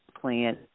plan